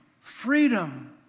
freedom